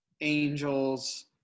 Angels